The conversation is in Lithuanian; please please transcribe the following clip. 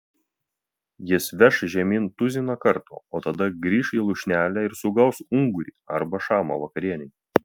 jis veš žemyn tuziną kartų o tada grįš į lūšnelę ir sugaus ungurį arba šamą vakarienei